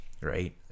right